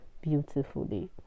beautifully